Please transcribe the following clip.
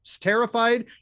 terrified